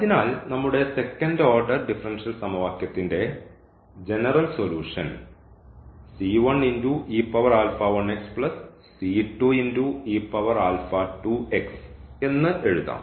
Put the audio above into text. അതിനാൽ നമ്മുടെ second order differential സമവാക്യത്തിൻറെ ജനറൽ സൊല്യൂഷൻ എന്ന് എഴുതാം